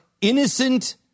innocent